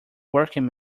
working